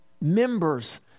Members